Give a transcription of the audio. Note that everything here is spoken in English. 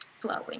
flowing